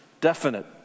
Definite